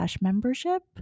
membership